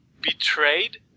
betrayed